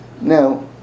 Now